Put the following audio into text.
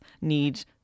need